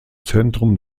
zentrum